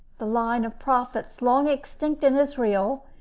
the line of prophets, long extinct in israel,